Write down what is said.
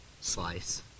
slice